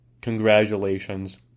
Congratulations